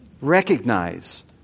Recognize